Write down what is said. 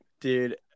Dude